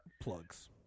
Plugs